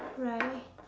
right